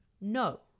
no